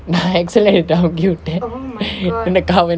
நான்:naan accelerator அமுக்கிவிட்டேன்:amukiviten then the car went